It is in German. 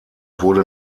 wurde